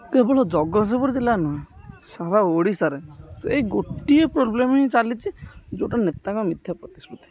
କେବଳ ଜଗତସିଂହପୁର ଜିଲ୍ଲା ନୁହେଁ ସାରା ଓଡ଼ିଶାରେ ସେହି ଗୋଟିଏ ପ୍ରୋବ୍ଲେମ୍ ହିଁ ଚାଲିଛି ଯେଉଁଟା ନେତାଙ୍କ ମିଥ୍ୟା ପ୍ରତିଶ୍ରୁତି